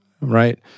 right